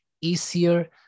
easier